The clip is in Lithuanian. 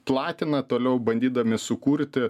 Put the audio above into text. platina toliau bandydami sukurti